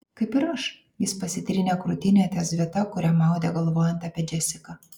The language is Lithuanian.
kaip ir aš jis pasitrynė krūtinę ties vieta kurią maudė galvojant apie džesiką